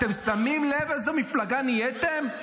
--- אתם שמים לב איזה מפלגה נהייתם?